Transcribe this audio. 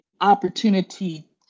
opportunity